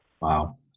Wow